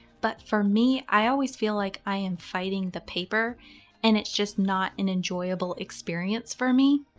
but for me, i always feel like i am fighting the paper and it's just not an enjoyable experience for me.